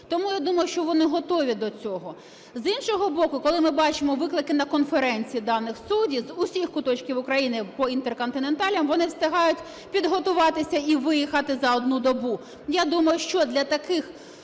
Тому я думаю, що вони готові до цього. З іншого боку, коли ми бачимо, виклики на конференції даних суддів з усіх куточків України по "інтерконтиненталях", вони встигають підготуватися і виїхати за одну добу. Я думаю, що для таких